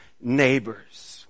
Neighbors